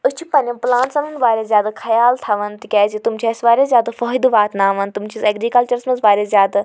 أسۍ چھ پَننیٚن پلانٹسَن ہُنٛد واریاہ زیادٕ خیال تھاوان تِکیٛاز تِم چھِ اسہِ واریاہ زیادٕ فٲیدٕ واتناوان تِم چھِ اسہِ ایٚگرِکَلچَرَس مَنٛز واریاہ زیادٕ